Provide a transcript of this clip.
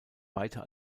weiter